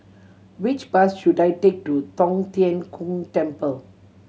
which bus should I take to Tong Tien Kung Temple